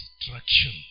destruction